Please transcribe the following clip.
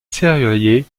serrurier